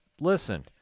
listen